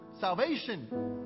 salvation